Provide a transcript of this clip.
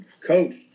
Coach